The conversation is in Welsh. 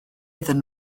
iddyn